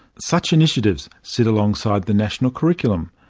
such initiatives sit alongside the national curriculum,